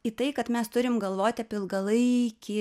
į tai kad mes turim galvoti apie ilgalaikį